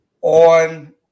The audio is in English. On